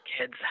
Kids